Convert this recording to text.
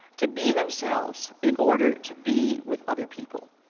to be themselves. in order to be with other people